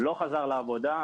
לא חזר לעבודה.